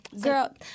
Girl